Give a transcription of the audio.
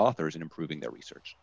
authors in improving their research